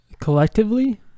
Collectively